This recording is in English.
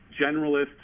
generalist